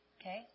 Okay